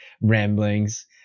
ramblings